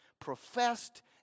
professed